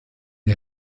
der